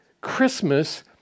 Christmas